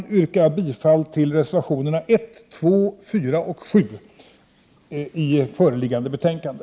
Jag yrkar därför bifall till reservationerna 1, 2, 4 och 7 i föreliggande betänkande.